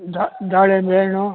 the ದಾಳಿಂಬೆ ಹಣ್ಣು